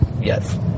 Yes